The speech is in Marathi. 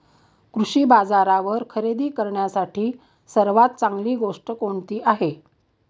कृषी बाजारावर खरेदी करण्यासाठी सर्वात चांगली गोष्ट कोणती आहे?